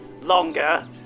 longer